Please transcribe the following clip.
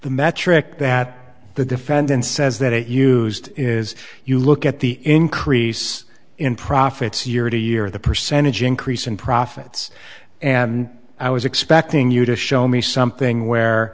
the metric that the defendant says that it used is you look at the increase in profits year to year the percentage increase in profits and i was expecting you to show me something where